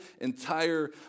entire